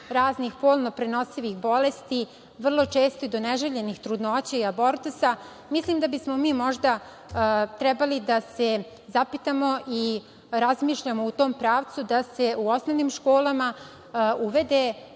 raznih polno prenosivih bolesti, vrlo često i do neželjene trudnoće i abortusa, mislim da bismo trebali da se zapitamo i razmišljamo u tom pravcu da se u osnovnim školama uvede